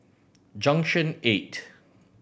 Junction Eight